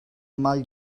mal